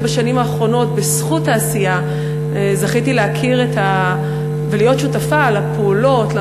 בזכות העשייה בשנים האחרונות זכיתי להכיר ולהיות שותפה לפעולות,